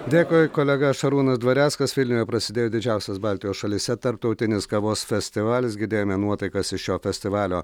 dėkui kolega šarūnas dvareckas vilniuje prasidėjo didžiausias baltijos šalyse tarptautinis kavos festivalis girdėjome nuotaikas iš šio festivalio